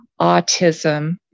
autism